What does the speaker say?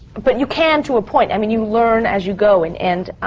but you can to a point. i mean, you learn as you go. and and